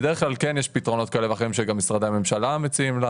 בדרך כלל כן יש פתרונות כאלה ואחרים שגם משרדי הממשלה מציעים.